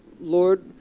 Lord